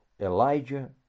Elijah